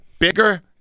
Bigger